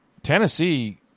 Tennessee